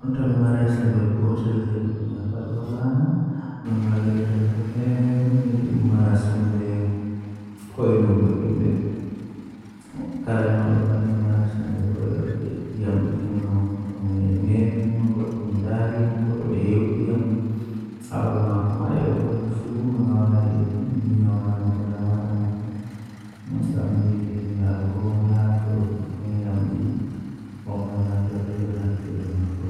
Haa less ndiyan mi wawan mi joga pofde am jei minti dido minti didi laatan cappan e jweego jweego gud didi laata temerre e nogas sekan temmere e nogas.